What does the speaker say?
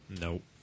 Nope